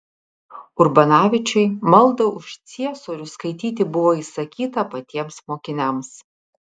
urbanavičiui maldą už ciesorių skaityti buvo įsakyta patiems mokiniams